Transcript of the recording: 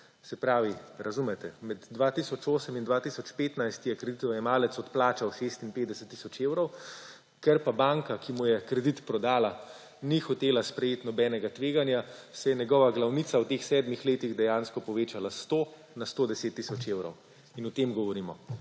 Se pravi, razumete, med 2008 in 2015 je kreditojemalec odplačal 56 tisoč evrov, ker pa banka, ki mu je kredit prodala, ni hotela sprejeti nobenega tveganja, se je njegova glavnica v teh sedmih letih dejansko povečala s 100 na 110 tisoč evrov. In o tem govorimo,